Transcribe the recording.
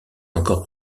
encore